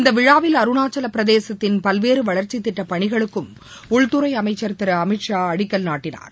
இந்த விழாவில் அருணாச்சலப் பிரதேசத்தின் பல்வேறு வளர்ச்சித் திட்டப் பணிகளுக்கும் உள்துறை அமைச்சர் திரு அமித் ஷா அடிக்கல் நாட்டினார்